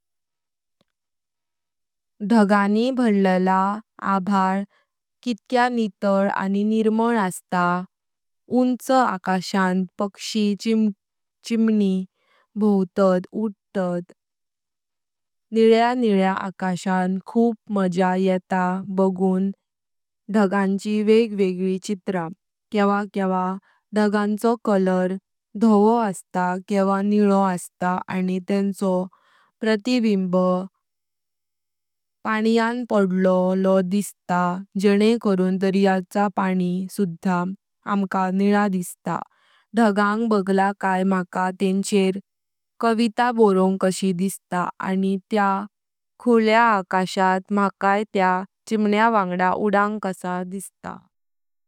धगांनी भरलां आभाळ कितेक निकळ आनी निर्मळ आस्था, उंच आकाशायांत पक्षीक चिमटी भोवतात उदतात, निल्या निल्या आकाशात खूप मज्या येता बगुंग धगांची वेगवेगळी चित्रा, केवा केवा धगांचो कलर धवो आस्था केवा निलो आस्था आनी तेंचो प्रतिबिंब अनुंक पाण्यां पांढळो दिसता जेंने करण दर्याचो पा‍णी सुधा आंका निलो दिसता। धगां बगळा कांय माका तेंचेर कविता बोरंग कशी दिसता। आनी त्या खुल्या आकाशायनात म्हाकाई त्या चिचन्या वांगडा ऊदंग कसा दिसता।